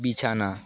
বিছানা